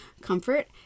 comfort